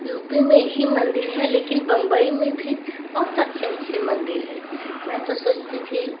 you P में ही मंदिर है लेकिन बंबई में भी बहुत अच्छे अच्छे मंदिर हैं मैं तो सोचती थी